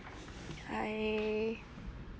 I